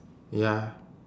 ya